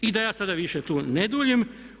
I da ja sada više tu ne duljim.